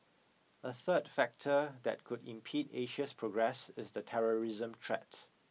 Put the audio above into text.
a third factor that could impede Asia's progress is the terrorism threat